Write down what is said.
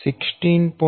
27 16